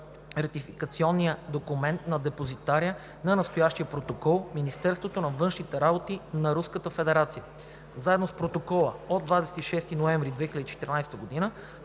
ратификационния документ на депозитаря на настоящия Протокол – Министерството на външните работи на Руската федерация. Заедно с Протокола от 26 ноември 2014 г.